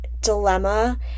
dilemma